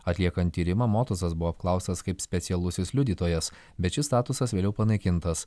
atliekant tyrimą motuzas buvo apklaustas kaip specialusis liudytojas bet šis statusas vėliau panaikintas